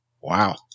Wow